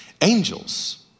angels